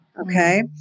okay